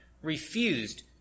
refused